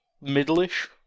middle-ish